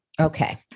Okay